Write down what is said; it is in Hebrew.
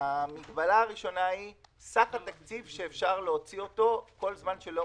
המגבלה הראשונה היא סך התקציב שאפשר להוציא אותו כל זמן שהתקציב